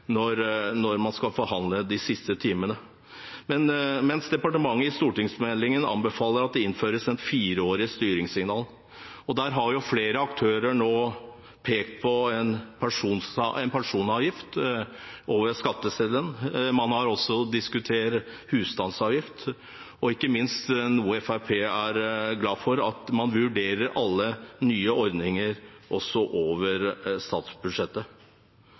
når man skal forhandle, i de siste timene, mens departementet i stortingsmeldingen anbefaler at det innføres et fireårig styringssignal. Der har flere aktører nå pekt på en personavgift over skatteseddelen. Man har også diskutert husstandsavgift, og ikke minst noe Fremskrittspartiet er glad for, at man vurderer alle nye ordninger over statsbudsjettet.